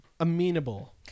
amenable